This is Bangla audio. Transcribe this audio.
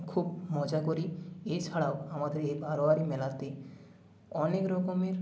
খুব মজা করি এছাড়াও আমাদের এই বারোয়ারি মেলাতে অনেক রকমের